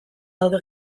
daude